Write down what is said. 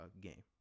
game